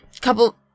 couple